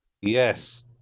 Yes